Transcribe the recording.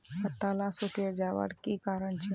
पत्ताला सिकुरे जवार की कारण छे?